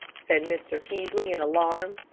said mr. peaslee, in alarm.